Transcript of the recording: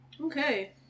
Okay